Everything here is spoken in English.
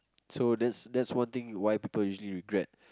so that's that's one thing why people usually regret